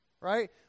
right